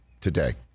today